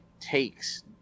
takes